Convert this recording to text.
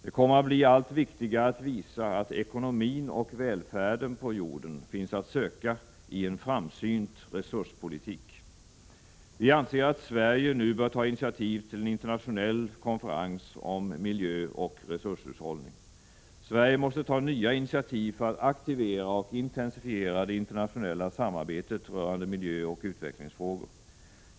Det kommer att bli allt viktigare att visa att ekonomin och välfärden på jorden finns att söka i en framsynt resurspolitik. Vi anser att Sverige nu bör ta initiativ till en internationell konferens om miljöoch resurshushållning. Sverige måste ta nya initiativ för att aktivera och intensifiera det internationella samarbetet rörande miljöoch utvecklingsfrågorna.